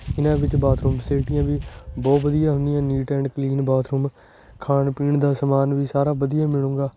ਇਹਨਾਂ ਵਿੱਚ ਬਾਥਰੂਮ ਫਸਿਲਟੀਆਂ ਵੀ ਬਹੁਤ ਵਧੀਆ ਹੁੰਦੀਆਂ ਨੀਟ ਐਂਡ ਕਲੀਨ ਬਾਥਰੂਮ ਖਾਣ ਪੀਣ ਦਾ ਸਮਾਨ ਵੀ ਸਾਰਾ ਵਧੀਆ ਮਿਲੇਗਾ